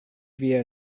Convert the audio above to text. via